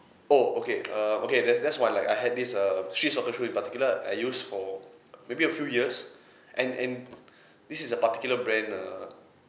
oh okay err okay that that's one like I had this um street soccer shoe in particular I use for maybe a few years and and this is a particular brand err